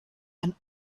and